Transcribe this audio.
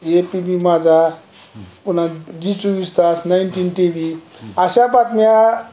ए P B Majha पुन्हा Zee चोवीस तास नाईन्टीन टी व्ही आशा बातम्या